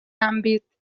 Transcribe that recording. àmbit